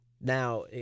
Now